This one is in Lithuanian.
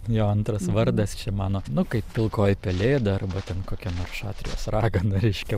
jo antras vardas čia mano nu kaip pilkoji pelėda arba ten kokia nors šatrijos ragana reiškia